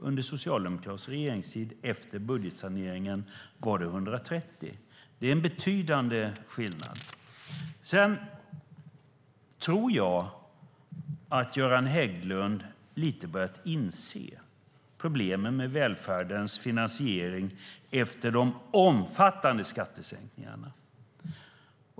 Under den socialdemokratiska regeringstiden, efter budgetsaneringen, var det 130. Det är en betydande skillnad. Jag tror att Göran Hägglund lite har börjat inse problemen med välfärdens finansiering efter de omfattande skattesänkningarna.